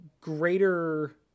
greater